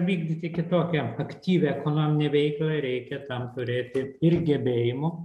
vykdyti kitokią aktyvią ekonominę veiklą reikia tam turėti ir gebėjimų